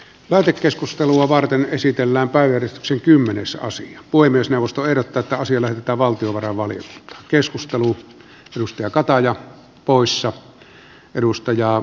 valtakeskustelua varten esitellään pää irtosi kymmenes osa voi myös neuvosto puhemiesneuvosto ehdottaa että asia lähetetään valtiovarainvaliokuntaan